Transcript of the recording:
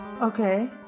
okay